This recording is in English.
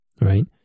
right